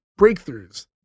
breakthroughs